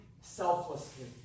selflessly